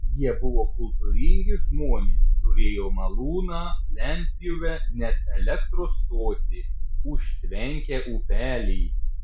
jie buvo kultūringi žmonės turėjo malūną lentpjūvę net elektros stotį užtvenkę upelį